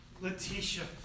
Letitia